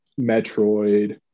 Metroid